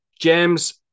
James